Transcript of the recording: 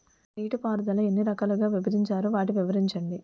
నీటిపారుదల ఎన్ని రకాలుగా విభజించారు? వాటి వివరించండి?